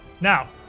Now